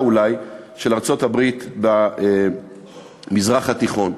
אולי של ארצות-הברית במזרח התיכון.